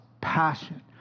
passion